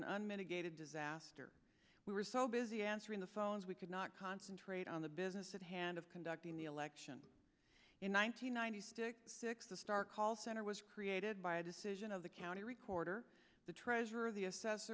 an unmitigated disaster we were so busy answering the phones we could not concentrate on the business at hand of conducting the election in one thousand nine hundred sixty six a stark call center was created by a decision of the county recorder the treasurer the assess